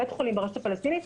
בית חולים ברשות הפלסטינית,